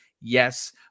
Yes